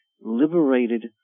Liberated